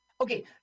Okay